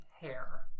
hair